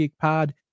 pod